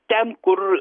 ten kur